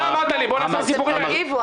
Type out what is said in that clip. אתה אמרת לי בוא -- אל תריבו,